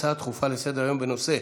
הצעות דחופות לסדר-היום בנושא: